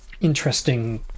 interesting